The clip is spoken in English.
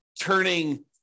turning